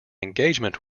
engagement